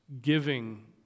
giving